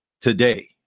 today